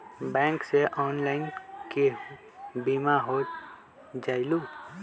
Bank से online केहु बिमा हो जाईलु?